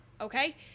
okay